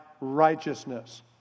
righteousness